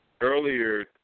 earlier